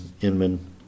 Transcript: Inman